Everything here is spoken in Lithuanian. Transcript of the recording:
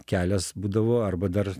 kelias būdavo arba dar